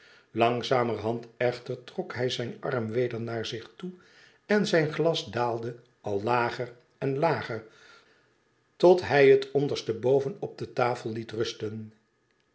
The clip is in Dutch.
langzamerhand echter trok hij zijn arm weder naar zich toe en zijn glas daalde al lager en lager totdat hij het i onderste boven op de tafel liet rusten